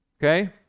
Okay